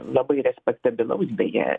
labai respektabilaus beje